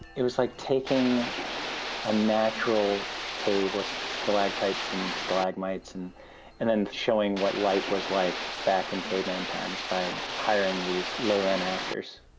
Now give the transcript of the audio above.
it was like taking a natural cave with stalactites and stalagmites and then showing what life was like back in caveman times, by hiring these low-rent actors